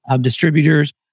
distributors